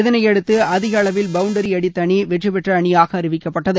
இதனை அடுத்து அஅதிக அளவில் பவுண்டரி அடித்த அணி வெற்றி பெற்ற அணியாக அறிவிக்கப்பட்டது